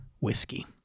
whiskey